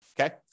Okay